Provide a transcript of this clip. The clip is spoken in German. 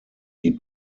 die